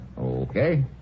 Okay